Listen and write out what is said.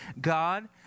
God